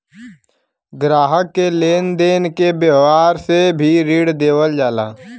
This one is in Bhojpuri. ग्राहक के लेन देन के व्यावहार से भी ऋण देवल जाला